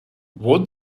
what